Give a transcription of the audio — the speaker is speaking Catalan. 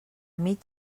mig